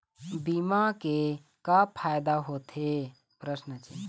बीमा के का फायदा होते?